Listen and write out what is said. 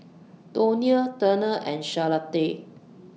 Donia Turner and Charlotta